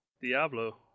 Diablo